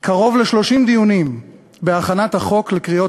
קרוב ל-30 דיונים להכנת החוק לקריאה